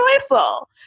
joyful